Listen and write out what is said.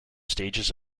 stages